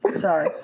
sorry